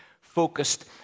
focused